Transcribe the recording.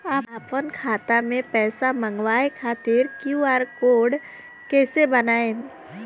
आपन खाता मे पैसा मँगबावे खातिर क्यू.आर कोड कैसे बनाएम?